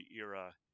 era